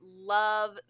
Love